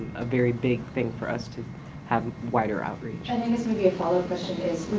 a very big thing for us to have wider outreach and and so be a followup question, is,